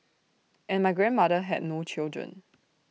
and my grandmother had no children